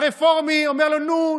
הרפורמי אומר לו: נו,